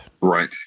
Right